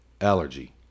allergy